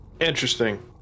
Interesting